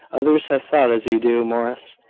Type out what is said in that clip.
others have thought as you do, morris,